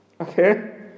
Okay